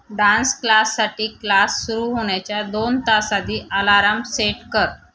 dance क्लाससाठी class सुरू होण्याच्या दोन तास आधी अलाराम सेट कर